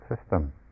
system